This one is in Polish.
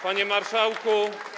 Panie Marszałku!